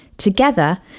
Together